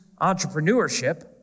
entrepreneurship